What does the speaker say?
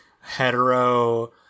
hetero